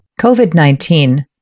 COVID-19